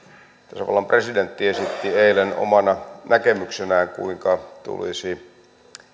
tasavallan presidentti esitti eilen omana näkemyksenään kuinka tulisi